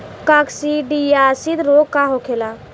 काकसिडियासित रोग का होखेला?